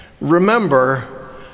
remember